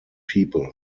people